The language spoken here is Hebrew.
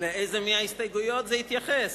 לאיזו מההסתייגויות זה התייחס.